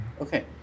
Okay